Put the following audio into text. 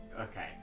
Okay